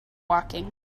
woking